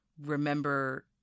remember